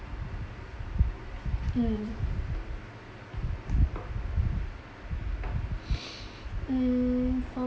mm mm